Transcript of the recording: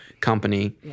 company